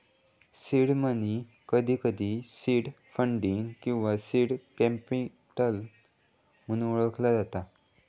seed money, कधीकधी seed funding किंवा seed capital म्हणून ओळखला जाता